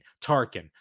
Tarkin